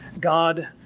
God